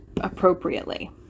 appropriately